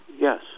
yes